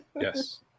yes